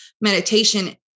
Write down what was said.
meditation